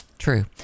True